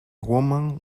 woman